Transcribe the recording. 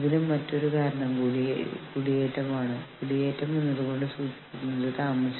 അതിനാൽ അവരോട് സംഘടന വളരെ സീനിയറാണെന്ന് നിങ്ങൾ പറയും